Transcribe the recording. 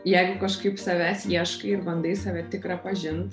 jeigu kažkaip savęs ieškai ir bandai save tikrą pažint